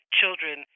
children